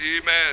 Amen